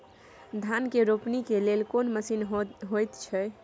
धान के रोपनी के लेल कोन मसीन होयत छै?